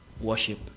worship